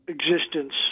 existence